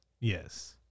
Yes